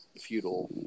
feudal